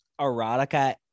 erotica